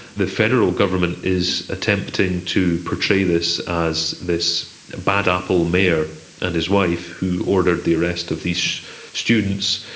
the federal government is attempting to portray this as this bad-apple mayor and his wife who ordered the arrest of these students.